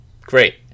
Great